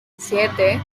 siete